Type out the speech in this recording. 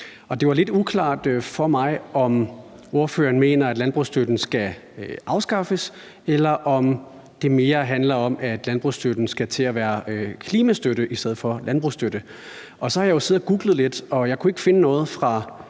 det var lidt uklart for mig, om ordføreren mener, at landbrugsstøtten skal afskaffes, eller om det mere handler om, at landbrugsstøtten skal til at være klimastøtte i stedet for landbrugsstøtte. Så har jeg siddet og googlet lidt, og jeg kunne ikke finde noget fra